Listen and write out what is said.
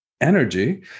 energy